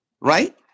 Right